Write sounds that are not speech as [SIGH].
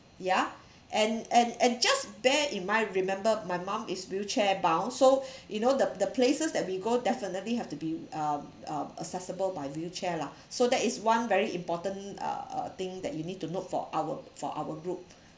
ya and and and just bear in mind remember my mum is wheelchair bound so [BREATH] you know the the places that we go definitely have to be uh uh accessible by wheelchair lah so that is one very important uh thing that you need to note for our for our group